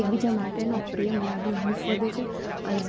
એકબીજા માટેનો પ્રેમ લાગણી હુંફ વધે છે અને